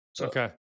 Okay